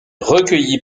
recueilli